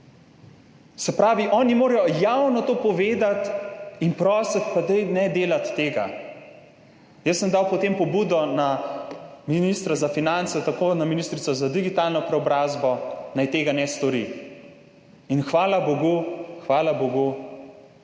Se pravi, oni morajo javno to povedati in prositi, dajte, ne delajte tega. Jaz sem dal potem pobudo ministru za finance in ministrici za digitalno preobrazbo, naj tega ne storita in hvala bogu se je